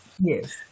Yes